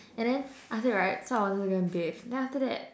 and then after that right so I wanted to go and bath then after that